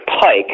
Pike